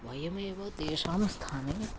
वयमेव तेषां स्थाने